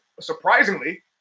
Surprisingly